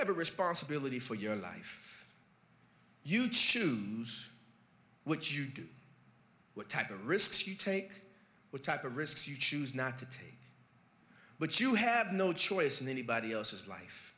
have a responsibility for your life you choose what you do what type of risks you take what type of risks you choose not to take but you have no choice in anybody else's life